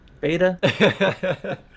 beta